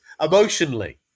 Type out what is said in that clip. emotionally